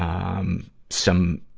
um, some,